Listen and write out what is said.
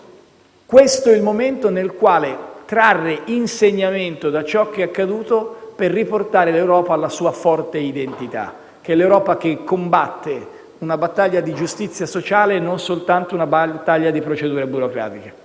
questo il momento nel quale trarre insegnamento da ciò che è accaduto per riportare l'Europa alla sua forte identità. È l'Europa che combatte una battaglia di giustizia sociale e non soltanto una battaglia di procedure burocratiche.